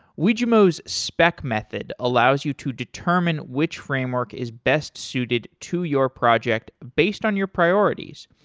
wijmo's spec method allows you to determine which framework is best suited to your project based on your priorities.